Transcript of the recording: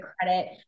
credit